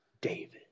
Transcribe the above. David